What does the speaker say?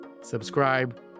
subscribe